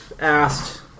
asked